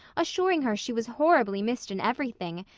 assuring her she was horribly missed in everything,